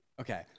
okay